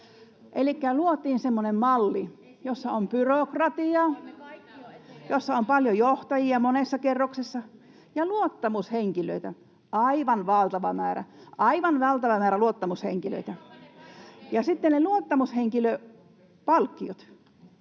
semmoinen malli, jossa on byrokratiaa, paljon johtajia monessa kerroksessa ja luottamushenkilöitä aivan valtava määrä — aivan valtava määrä luottamushenkilöitä. Ja sitten ne luottamushenkilöpalkkiot: